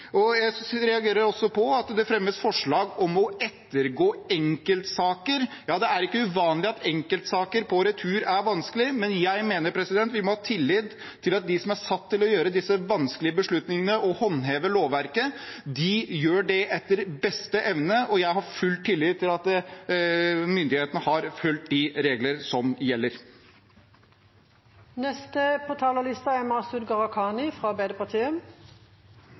Jeg reagerer også på at det fremmes forslag om å ettergå enkeltsaker. Det er ikke uvanlig at enkeltsaker som gjelder retur, er vanskelige, men jeg mener vi må ha tillit til at de som er satt til å gjøre disse vanskelige beslutningene og å håndheve lovverket, gjør det etter beste evne, og jeg har full tillit til at myndighetene har fulgt de regler som